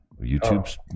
YouTube's